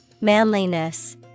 Manliness